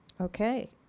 Okay